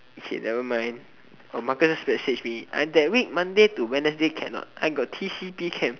okay nevermind oh Marcus message me I that week monday to wednesday cannot I got t_c_p camp